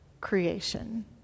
creation